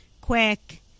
quick